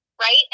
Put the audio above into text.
right